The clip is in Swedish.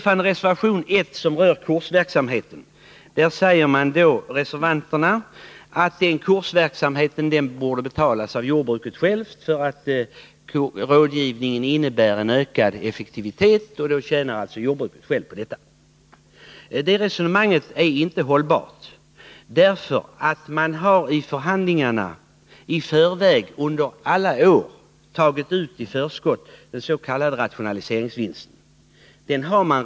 I reservation 1, som rör kursverksamheten, sägs att denna verksamhet borde betalas av jordbruket självt, eftersom rådgivningen innebär en ökad effektivitet för jordbruket, som alltså tjänar på detta. Men det resonemanget ärinte hållbart. I förhandlingarna har man nämligen under alla år tagit ut den s.k. rationaliseringsvinsten i förskott.